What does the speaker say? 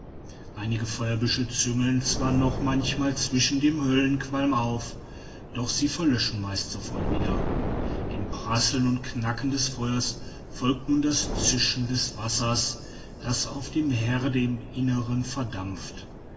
einige feuerbüschel züngeln zwar noch manchmal zwischen dem höllenqualm auf doch sie verlöschen meist sofort wieder dem prasseln und knackern des feuers folgt nun das zischen des wassers das auf dem herde im inneren verdampft